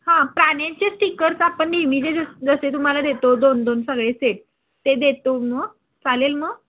हां प्राण्यांचे स्टिकर्स आपण इमीजजेस जसे तुम्हाला देतो दोन दोन सगळे सेट ते देतो मग चालेल मग